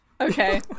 Okay